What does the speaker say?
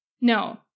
No